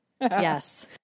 Yes